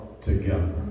together